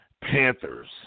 Panthers